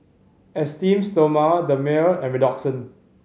Esteem Stoma Dermale and Redoxon